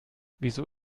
wieso